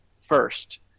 first